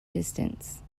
distance